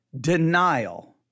denial